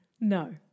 No